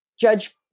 Judge